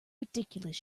ridiculous